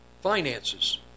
finances